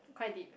quite deep